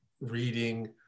reading